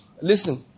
listen